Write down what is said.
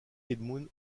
edmund